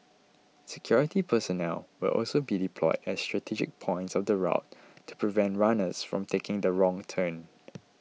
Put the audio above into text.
security personnel will also be deployed at strategic points of the route to prevent runners from taking the wrong turn